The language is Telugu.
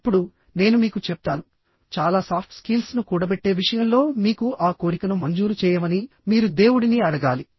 ఇప్పుడు నేను మీకు చెప్తాను చాలా సాఫ్ట్ స్కీల్స్ ను కూడబెట్టే విషయంలో మీకు ఆ కోరికను మంజూరు చేయమని మీరు దేవుడిని అడగాలి